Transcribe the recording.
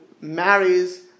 marries